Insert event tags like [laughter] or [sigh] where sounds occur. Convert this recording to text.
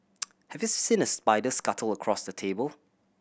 [noise] have you seen a spider scuttle across your table